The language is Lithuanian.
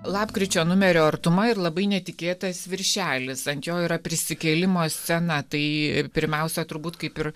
lapkričio numerio artuma ir labai netikėtas viršelis ant jo yra prisikėlimo scena tai pirmiausia turbūt kaip ir